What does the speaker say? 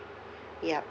yup